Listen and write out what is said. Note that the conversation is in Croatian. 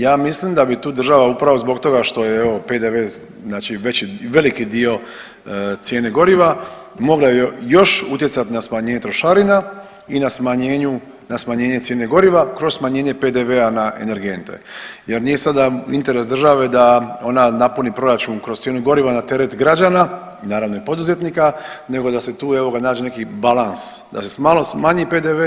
Ja mislim da bi tu država upravo zbog toga što je evo, PDV, znači veliki bio cijene goriva mogle još utjecati na smanjenje trošarina i na smanjenje cijene goriva kroz smanjenje PDV-a na energente jer nije sada interes države da ona napuni proračun kroz cijenu goriva na teret građana i naravno poduzetnika, nego da se tu, evo ga, nađe neki balans, da se malo smanji PDV